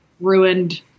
ruined